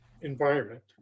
environment